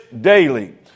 daily